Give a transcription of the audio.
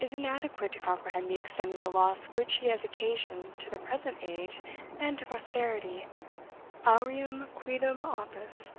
is inadequate to comprehend the extent of the loss which he has occasioned to the present age and to posterity aureum quidem opus